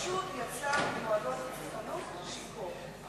החשוד יצא ממועדון חשפנות שיכור.